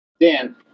Dan